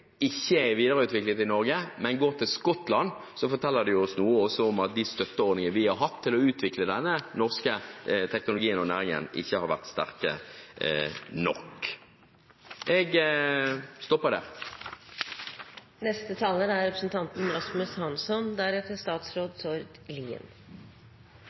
i Norge, men i Skottland, så forteller det oss noe om at de støtteordningene vi har hatt til å utvikle denne norske teknologien, og næringen, ikke har vært sterke nok. Jeg stopper der. Miljøpartiet De Grønne har lagt fram to forslag, både om å få på